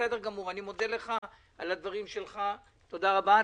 אני מודה לך על הדברים שלך, תודה רבה.